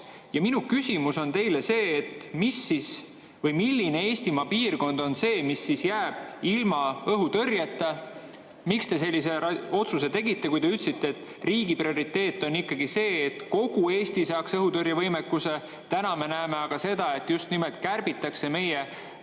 Minu küsimus on teile see, milline Eestimaa piirkond jääb ilma õhutõrjeta. Miks te sellise otsuse tegite, kui te ütlesite, et riigi prioriteet on ikkagi see, et kogu Eesti saaks õhutõrjevõimekuse? Me näeme aga seda, et just nimelt kärbitakse meie kaitse